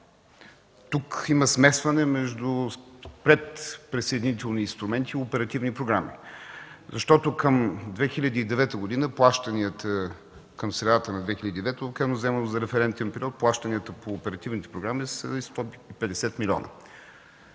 Тук има смесване между предприсъединителни инструменти и оперативни програми. Защото плащанията към средата на 2009 г., вземам референтен период, плащанията по оперативните програми са 150 милиона.